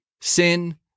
sin